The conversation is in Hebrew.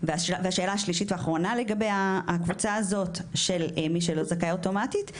והשאלה השלישית והאחרונה לגבי הקבוצה הזאת של מי שלא זכאי אוטומטית,